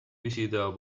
visitado